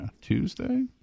Tuesday